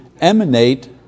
emanate